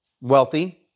wealthy